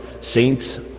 saints